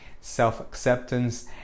self-acceptance